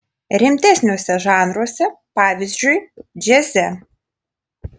rimtesniuose žanruose pavyzdžiui džiaze